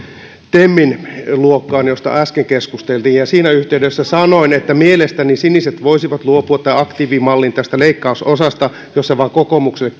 temin luokkaan josta äsken keskusteltiin ja siinä yhteydessä sanoin että mielestäni siniset voisivat luopua tämän aktiivimallin tästä leikkausosasta jos se vaan kokoomukselle